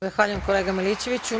Zahvaljujem kolega Milićeviću.